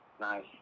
nice